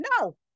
no